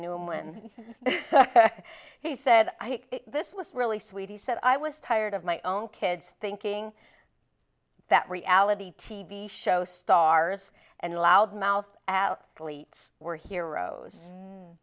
knew him when he said this was really sweet he said i was tired of my own kids thinking that reality t v show stars and loud mouth out glee were heroes